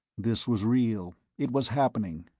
this was real, it was happening.